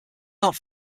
not